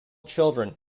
children